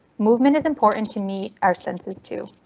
movement is important to meet our senses too.